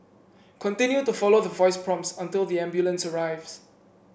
continue to follow the voice prompts until the ambulance arrives